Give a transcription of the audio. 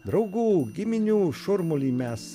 draugų giminių šurmulį mes